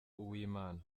uwimana